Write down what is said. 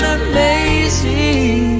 amazing